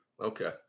Okay